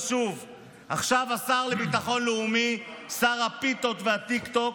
עכשיו השר לביטחון הלאומי, שר הפיתות והטיקטוק,